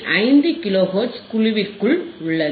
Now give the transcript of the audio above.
5 kilohertz குழுவிற்குள் உள்ளது